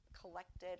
collected